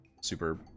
super